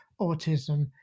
autism